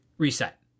reset